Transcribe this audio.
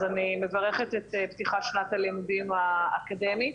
אני מברכת את פתיחת שנת הלימודים האקדמית